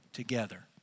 together